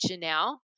now